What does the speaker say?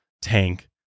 tank